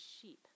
sheep